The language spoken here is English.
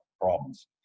problems